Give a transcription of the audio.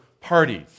parties